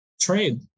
trade